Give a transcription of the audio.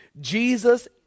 Jesus